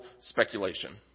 speculation